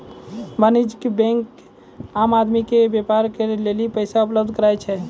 वाणिज्यिक बेंक आम आदमी के व्यापार करे लेली पैसा उपलब्ध कराय छै